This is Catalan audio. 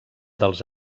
dels